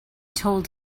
told